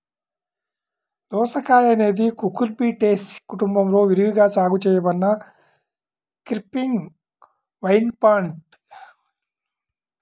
దోసకాయఅనేది కుకుర్బిటేసి కుటుంబంలో విరివిగా సాగు చేయబడిన క్రీపింగ్ వైన్ప్లాంట్